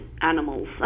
animals